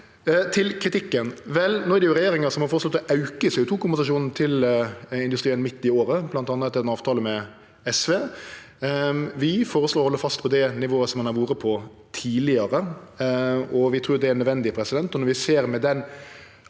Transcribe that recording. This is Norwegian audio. Til kritikken: Vel, det er jo regjeringa som har føreslått å auke CO2-kompensasjonen til industrien midt i året, bl.a. etter ein avtale med SV. Vi føreslår å halde fast på det nivået som ein har vore på tidlegare. Vi trur det er nødvendig, og når